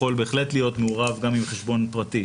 יכול בהחלט להיות מעורב עם חשבון פרטי.